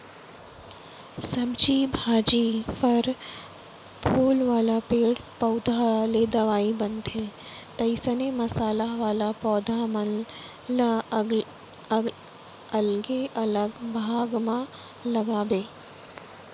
सब्जी भाजी, फर फूल वाला पेड़ पउधा ले दवई बनथे, तइसने मसाला वाला पौधा मन ल अलगे अलग भाग म लगाबे